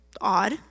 odd